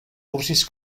cursis